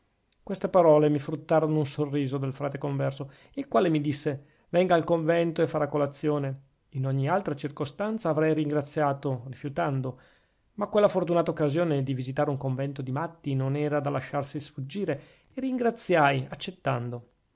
queste parole mi fruttarono un sorriso del frate converso il quale mi disse venga al convento e farà colazione in ogni altra circostanza avrei ringraziato rifiutando ma quella fortunata occasione di visitare un convento di matti non era da lasciarsi sfuggire e ringraziai accettando